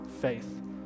faith